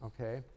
okay